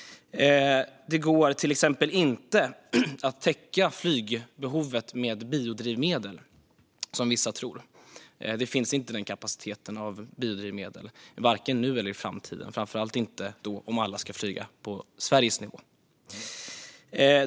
Det går till exempel inte att täcka flygbehovet med biodrivmedel, som vissa tror. Det finns inte den kapaciteten när det gäller biodrivmedel vare sig nu eller i framtiden, framför allt inte om alla ska flyga på Sveriges nivå.